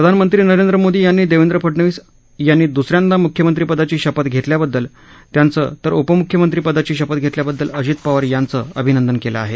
प्रधानमंत्री नरेंद्र मोदी यांनी देवेंद्र फडणवीस यांनी द्सऱ्यांदा म्ख्यमंत्रीपदाची शपथ घेतल्याबद्दल त्यांचं तर उपमुख्यमंत्रीपदाची शपथ घेतल्याबद्दल अजित पवार यांचं अभिनंदन केलं आहे